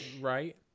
Right